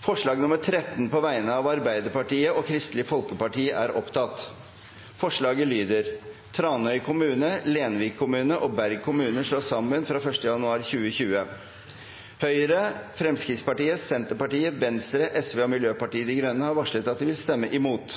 forslag nr. 13, fra Arbeiderpartiet og Kristelig Folkeparti. Forslaget lyder: «Tranøy kommune, Lenvik kommune og Berg kommune slås sammen fra 1. januar 2020.» Høyre, Fremskrittspartiet, Senterpartiet, Venstre, Sosialistisk Venstreparti og Miljøpartiet De Grønne har varslet at de vil stemme imot.